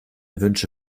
wünsche